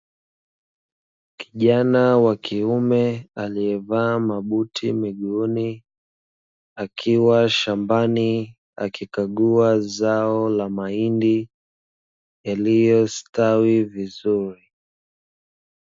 Kijana wa kiume aliyevaa mabuti miguuni, akiwa shambani akikagua zao la mahindi yaliyostawi vizuri.